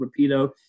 Rapido